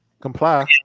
comply